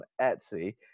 Etsy